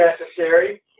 necessary